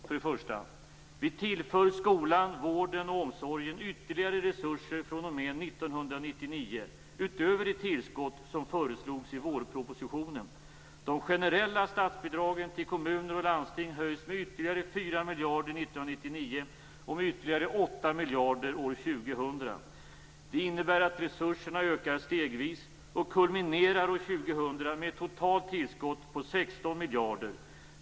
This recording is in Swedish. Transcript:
För det första: Vi tillför skolan, vården och omsorgen ytterligare resurser fr.o.m. 1999, utöver det tillskott som föreslogs i vårpropositionen. De generella statsbidragen till kommuner och landsting höjs med ytterligare 4 miljarder under 1999 och med ytterligare 8 miljarder år 2000. Det innebär att resurserna ökar stegvis och kulminerar år 2000 med ett totalt tillskott på 16 miljarder.